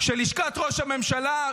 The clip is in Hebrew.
כשלשכת ראש הממשלה,